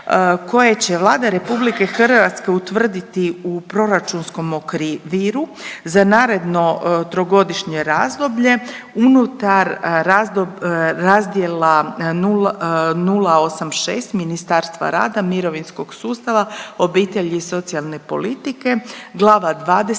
koje će Vlada RH utvrditi u proračunskom okviru za naredno trogodišnje razdoblje unutar razdjela 086 Ministarstva rada, mirovinskog sustava, obitelji i socijalne politike, Glava 20